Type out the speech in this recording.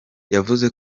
yavuze